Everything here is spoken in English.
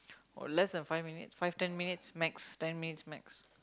or less than five minutes five ten minutes max ten minutes max